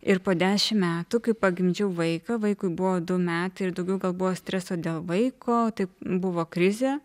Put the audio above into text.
ir po dešimt metų kai pagimdžiau vaiką vaikui buvo du metai ir daugiau buvo streso dėl vaiko tai buvo krizė